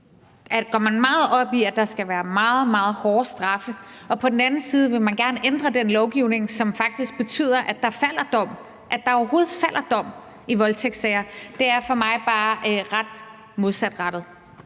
går meget op i, at der skal være meget, meget hårde straffe, og på den anden side gerne vil ændre den lovgivning, som faktisk betyder, at der falder dom – at der overhovedet falder dom – i voldtægtssager. Det er for mig bare ret modsatrettet.